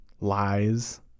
lies